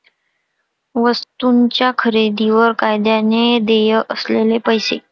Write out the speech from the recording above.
वस्तूंच्या खरेदीवर कायद्याने देय असलेले पैसे